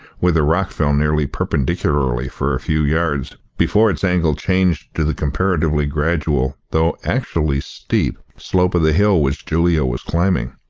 where the rock fell nearly perpendicularly for a few yards before its angle changed to the comparatively gradual, though actually steep slope of the hill which julia was climbing.